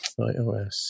iOS